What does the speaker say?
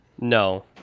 No